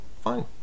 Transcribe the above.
Fine